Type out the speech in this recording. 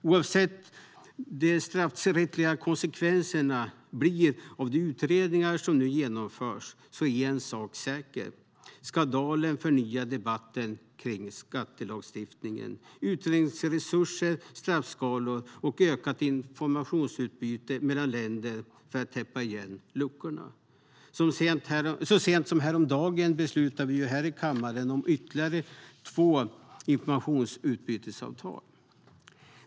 Oavsett vad de straffrättsliga konsekvenserna blir av de utredningar som nu genomförs är en sak säker - skandalen förnyar debatten kring skattelagstiftningen, utredningsresurser, straffskalor och ökat informationsutbyte mellan länder för att täppa igen luckorna. Så sent som häromdagen beslutade vi i kammaren om ytterligare två informationsutbytesavtal.